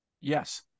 Yes